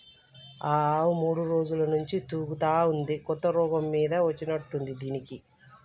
ఈ ఆవు మూడు రోజుల నుంచి తూగుతా ఉంది కొత్త రోగం మీద వచ్చినట్టుంది దీనికి